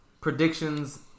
predictions